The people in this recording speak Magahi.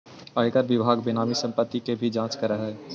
आयकर विभाग बेनामी संपत्ति के भी जांच करऽ हई